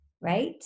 right